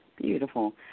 Beautiful